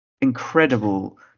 incredible